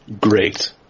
Great